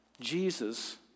Jesus